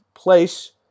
Place